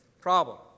problem